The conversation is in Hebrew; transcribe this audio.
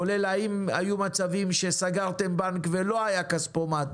כולל אם היו מצבים שסגרתם בנק ולא היה כספומט.